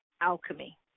alchemy